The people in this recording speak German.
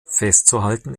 festzuhalten